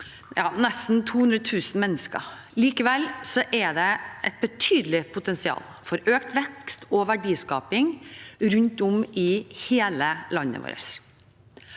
nesten 200 000 mennesker. Likevel er det et betydelig potensial for økt vekst og verdiskaping rundt om i hele landet vårt.